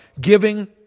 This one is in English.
giving